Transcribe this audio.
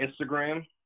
Instagram